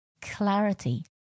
clarity